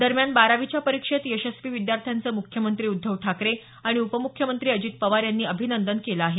दरम्यान बारावीच्या परीक्षेत यशस्वी विद्यार्थ्यांचं मुख्यमंत्री उद्धव ठाकरे आणि उपमुख्यामंत्री अजित पवार यांनी अभिनंदन केलं आहे